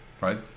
right